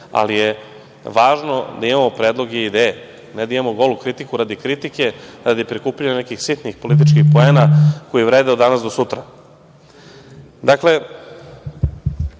ali je važno da imamo predloge i ideje. Ne da idemo golu kritiku radi kritike, radi prikupljanja nekih sitnih političkih poena koji vrede od danas do sutra. Dakle,